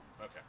Okay